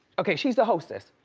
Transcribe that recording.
okay, she's the hostess.